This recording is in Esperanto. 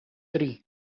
tri